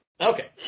Okay